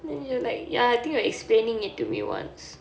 then you like ya I think you were explaining it to me once